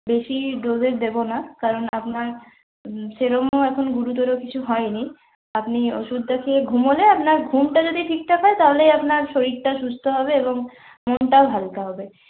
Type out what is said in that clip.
বেশি ডোসের দেবো না কারণ আপনার সেরকমও অত গুরুতর কিছু হয় নি আপনি ওষুধটা খেয়ে ঘুমোলে আপনার ঘুমটা যদি ঠিক ঠাক হয় তাহলে আপনার শরীরটা সুস্থ হবে এবং মনটাও হালকা হবে